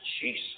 Jesus